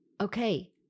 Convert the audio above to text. okay